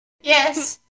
Yes